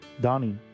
Donnie